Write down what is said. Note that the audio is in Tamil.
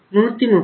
130